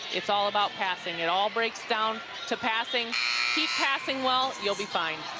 it's all about passing it all breaks down to passing keep passing well. you'll be fine.